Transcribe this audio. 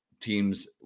teams